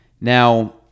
Now